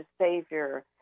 Savior